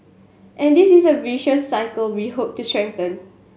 and this is the virtuous cycle we hope to strengthen